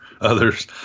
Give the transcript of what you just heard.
others